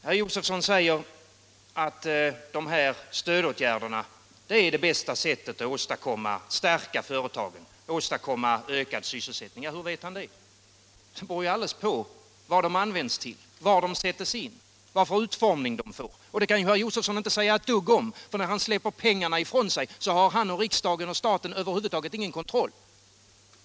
Herr Josefson säger att detta att sätta in stödåtgärder är bästa sättet att stärka företagen och åstadkomma ökad sysselsättning. Hur vet han det? Det beror ju alldeles på vad de används till, var de sätts in, vilken utformning de får. Det kan herr Josefson inte säga ett dugg om, för när han släpper pengarna ifrån sig har han och riksdagen och staten över huvud taget ingen kontroll.